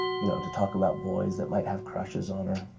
you know, to talk about boys that might have crushers on her,